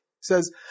says